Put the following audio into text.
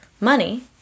money